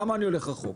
למה אני הולך רחוק?